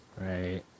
Right